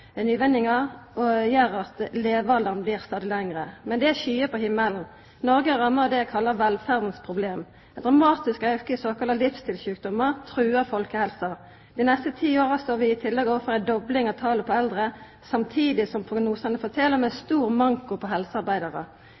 medisinske nyvinningar, gjer at levealderen blir stadig lengre. Men det er skyer på himmelen. Noreg er ramma av det eg kallar «velferdas problem». Ein dramatisk auke i såkalla livsstilssjukdomar trugar folkehelsa. Dei neste ti åra står vi i tillegg overfor ei dobling av talet på eldre, samtidig som prognosane fortel om ein stor manko på helsearbeidarar.